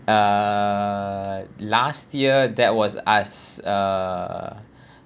uh last year that was us uh